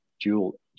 dual